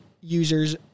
users